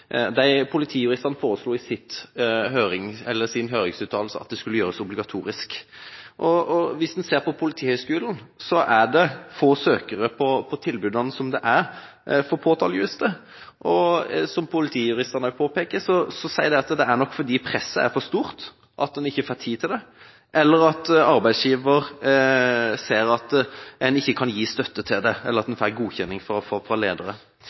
Politijuristene foreslo i sin høringsuttalelse at dette skulle gjøres obligatorisk. Hvis en ser på Politihøgskolen, er det få søkere på tilbudene til påtalejurister, og som Politijuristene også påpeker, er det nok fordi presset er for stort, at en ikke får tid til det, at arbeidsgiver ikke gir støtte til det, eller at en ikke får godkjenning fra ledere. Her er et sitat fra høringsuttalelsen: «Både utdanning i funksjonsrettet etterforskningsledelse og videreutdanningen for påtalejurister må gjøres obligatorisk for påtalejurister, eksempelvis ved overgangen fra